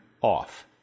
off